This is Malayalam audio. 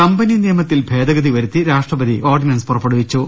കമ്പനി നിയമത്തിൽ ഭേദഗതി വരുത്തി രാഷ്ട്രപതി ഓർഡിനൻസ് പുറപ്പെ ടുവിച്ചു